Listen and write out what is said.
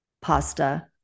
pasta